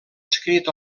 escrit